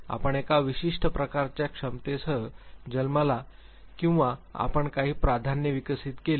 आपण एका विशिष्ट प्रकारच्या क्षमतेसह जन्मला किंवा आपण काही प्राधान्ये विकसित केली